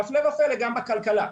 והפלא ופלא גם בכלכלה.